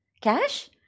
cash